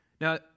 Now